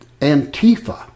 Antifa